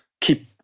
keep